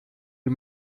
die